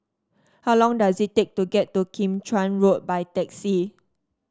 how long does it take to get to Kim Chuan Road by taxi